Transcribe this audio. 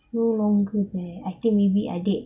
no longer there I think maybe adik